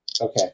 Okay